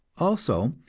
also,